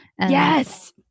Yes